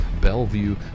Bellevue